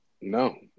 No